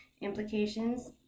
Implications